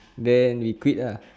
then we quit ah